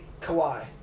Kawhi